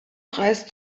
reist